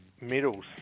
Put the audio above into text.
medals